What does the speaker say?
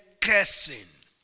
cursing